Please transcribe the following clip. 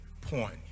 point